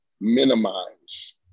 minimize